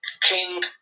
king